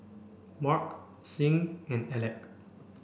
Marc Sing and Alec